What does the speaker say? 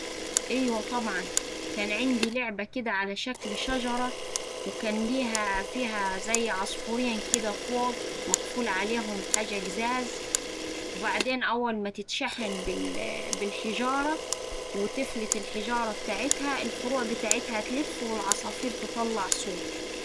إيوه طبعا، كان عندي لعبة كدا على شكل شجرة وكان ليها فيها زي عصفورين كدا فوق مقفول عليه حاجة قزاز. وبعدين أول ما تتشحن بال بالحجارة وتفلت الحجارة بتاعتها الفروع بتاعتها تلف والعصافير تطلع صوت.